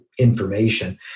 information